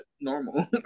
normal